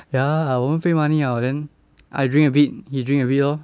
ya 我们 pay money liao then I drink a bit he drink a bit lor